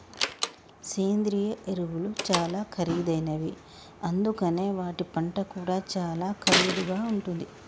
సేంద్రియ ఎరువులు చాలా ఖరీదైనవి అందుకనే వాటి పంట కూడా చాలా ఖరీదుగా ఉంటుంది